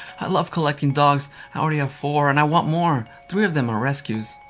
i love collecting dogs. i already have four and i want more. three of them are rescues.